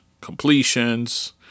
completions